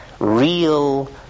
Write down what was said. real